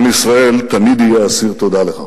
עם ישראל תמיד יהיה אסיר תודה לך."